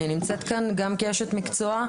אני נמצאת כאן גם כאשת מקצוע,